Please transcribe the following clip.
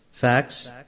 Facts